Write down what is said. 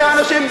מי האנשים?